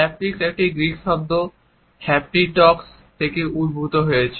haptics একটি Greek শব্দ Haptikos থেকে উদ্ভূত হয়েছে